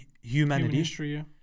humanity